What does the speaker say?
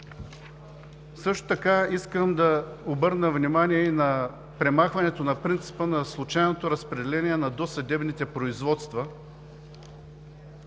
Също така искам да обърна внимание и на премахването на принципа на случайното разпределение на досъдебните производства,